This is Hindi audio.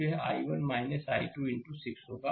तो यह i1 i2 इनटू 6 होगा